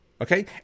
Okay